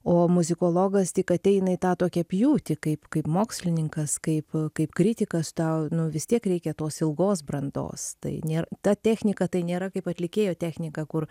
o muzikologas tik ateina į tą tokią pjūtį kaip kaip mokslininkas kaip kaip kritikas tau vis tiek reikia tos ilgos brandos tai nėr ta technika tai nėra kaip atlikėjo technika kur